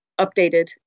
updated